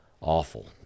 awful